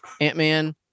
Ant-Man